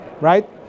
Right